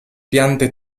piante